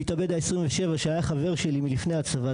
המתאבד ה-27 שהיה חבר שלי מלפני הצבא,